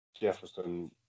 Jefferson